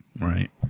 Right